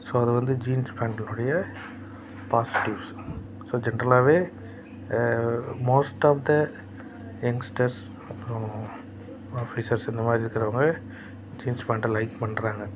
so அது வந்து jeans பேண்ட்டினுடைய பாசிட்டிவ்ஸ் ஸோ ஜெண்ட்ரலாவே மோஸ்ட் ஆஃப் த யங்ஸ்டர்ஸ் அப்புறம் ஆஃபீஸர்ஸ் இந்த மாதிரி இருக்கிறவங்க ஜீன்ஸ் பேண்ட்டை லைக் பண்ணுறாங்க